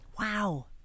Wow